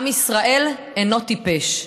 עם ישראל אינו טיפש.